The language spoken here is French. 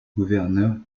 gouverneur